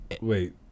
wait